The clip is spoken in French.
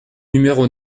numéro